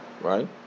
Right